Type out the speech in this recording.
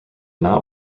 not